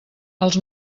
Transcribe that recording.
els